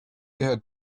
her